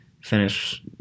finish